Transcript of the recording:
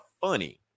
funny